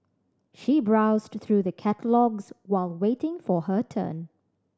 she browsed through the catalogues while waiting for her turn